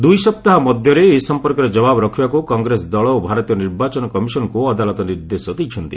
ଦୁଇ ସପ୍ତାହ ମଧ୍ୟରେ ଏ ସଂପର୍କରେ ଜବାବ ରଖିବାକୁ କଂଗ୍ରେସ ଦଳ ଓ ଭାରତୀୟ ନିର୍ବାଚନ କମିଶନକୁ ଅଦାଲତ ନିର୍ଦ୍ଦେଶ ଦେଇଛନ୍ତି